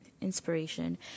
inspiration